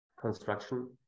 construction